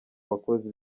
bakozi